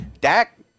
Dak